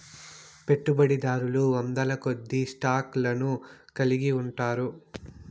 పెట్టుబడిదారులు వందలకొద్దీ స్టాక్ లను కలిగి ఉంటారు